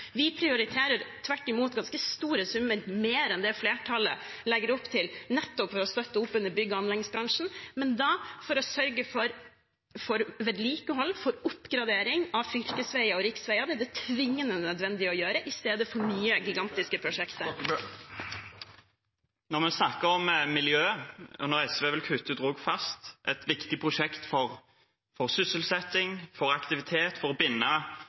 Vi prioriterer tvert imot store summer – mer enn det flertallet legger opp til – nettopp for å støtte opp om bygg- og anleggsbransjen, men da for å sørge for vedlikehold og oppgradering av fylkesveier og riksveier, noe det er tvingende nødvendig å gjøre, i stedet for å støtte dette prosjektet. Når vi snakker om miljøet, og når SV vil kutte ut Rogfast, et viktig prosjekt for sysselsetting, for aktivitet, for å binde